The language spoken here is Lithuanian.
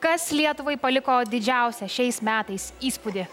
kas lietuvai paliko didžiausią šiais metais įspūdį